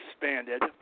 expanded